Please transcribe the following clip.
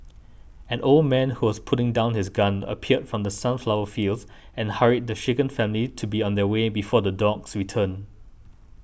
an old man who was putting down his gun appeared from the sunflower fields and hurried the shaken family to be on their way before the dogs return